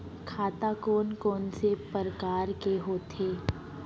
खाता कोन कोन से परकार के होथे?